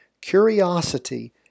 Curiosity